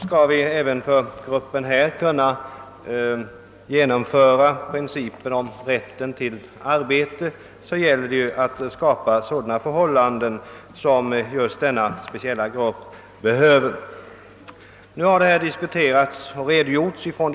Skall vi även för denna grupp kunna genomföra principen om rätten till arbete, så gäller det att skapa sådana förhållanden som denna speciella grupp behöver och som är tillrättalagda just för den.